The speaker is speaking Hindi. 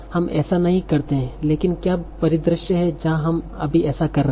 हम ऐसा नहीं करते हैं लेकिन क्या परिदृश्य है जहां हम अभी ऐसा कर रहे हैं